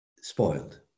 spoiled